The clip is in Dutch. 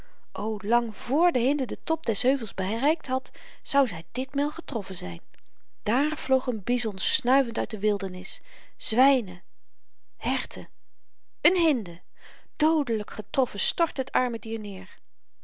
o lang vr de hinde den top des heuvels bereikt had zou zy ditmaal getroffen zyn daar vloog een bison snuivend uit de wildernis zwynen herten een hinde doodelyk getroffen stortte t arme dier